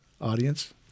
Audience